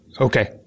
okay